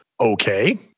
Okay